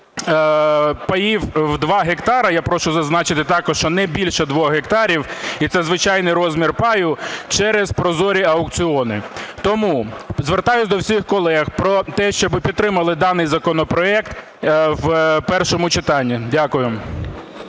паїв в 2 гектари - я прошу зазначити також, що не більше 2 гектарів, і це звичайний розмір паю, - через прозорі аукціони. Тому звертаюсь до всіх колег про те, щоб підтримали даний законопроект в першому читанні. Дякую.